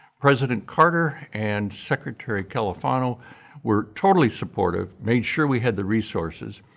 president carter and secretary califano were totally supportive, made sure we had the resources,